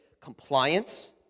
compliance